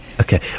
Okay